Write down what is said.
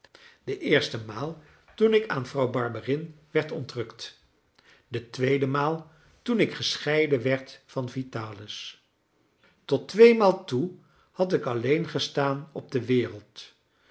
de eerste maal toen ik aan vrouw barberin werd ontrukt de tweede maal toen ik gescheiden werd van vitalis tot tweemaal toe had ik alleen gestaan op de wereld